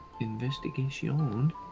Investigation